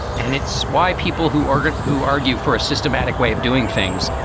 and it's why people who argott, who argue for a systematic way of doing things,